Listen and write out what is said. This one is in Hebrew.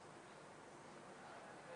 המאוד עדין ורגי